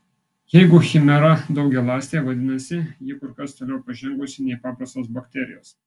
jeigu chimera daugialąstė vadinasi ji kur kas toliau pažengusi nei paprastos bakterijos